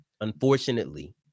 unfortunately